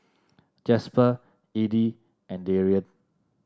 Jasper Edie and Darien